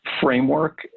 Framework